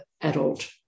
adult